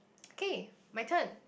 okay my turn